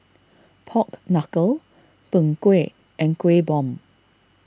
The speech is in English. Pork Knuckle Png Kueh and Kueh Bom